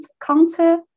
counter